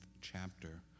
chapter